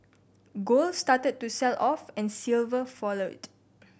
gold started to sell off and silver followed